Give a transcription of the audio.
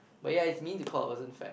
but ya is mean to call a person fat